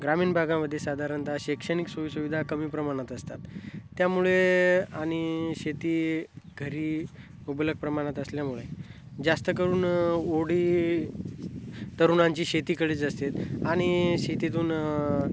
ग्रामीण भागामध्ये साधारणतः शैक्षणिक सोयीसुविधा कमी प्रमाणात असतात त्यामुळे आणि शेती घरी मुबलक प्रमाणात असल्यामुळे जास्त करून ओढी तरुणांची शेतीकडेच असते आणि शेतीतून